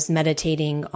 meditating